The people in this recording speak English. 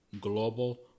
global